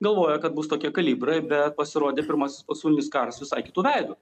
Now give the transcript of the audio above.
galvojo kad bus tokie kalibrai bet pasirodė pirmasis pasaulinis karas visai kitu veidu